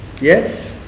Yes